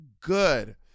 good